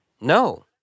No